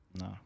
No